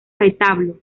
retablo